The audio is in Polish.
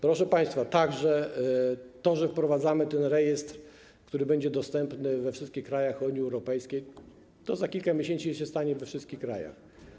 Proszę państwa, wprowadzamy ten rejestr, który będzie dostępny we wszystkich krajach Unii Europejskiej, ale za kilka miesięcy tak się stanie we wszystkich krajach.